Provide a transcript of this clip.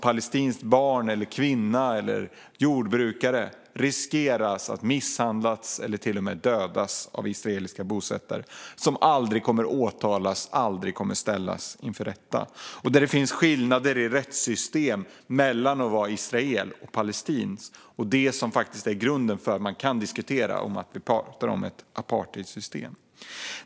Palestinska barn, kvinnor och jordbrukare riskerar att misshandlas eller till och med dödas av israeliska bosättare som aldrig kommer att åtalas eller ställas inför rätta. Rättssystemet gör skillnad på israeler och palestinier och utgör faktiskt en grund för en diskussion om ett apartheidsystem.